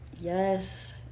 yes